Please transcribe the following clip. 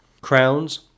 crowns